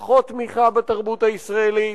פחות תמיכה בתרבות הישראלית,